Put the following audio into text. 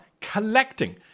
collecting